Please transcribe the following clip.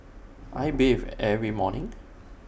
I bathe every morning